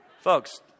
Folks